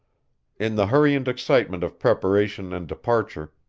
in the hurry and excitement of preparation and departure,